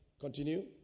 Continue